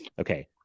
Okay